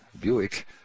Buick